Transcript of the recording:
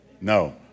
No